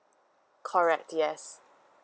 correct yes